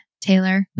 Taylor